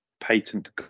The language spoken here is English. patent